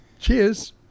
cheers